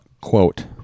quote